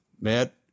Matt